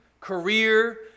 career